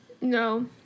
No